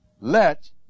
Let